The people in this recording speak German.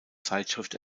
zeitschrift